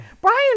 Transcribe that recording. Brian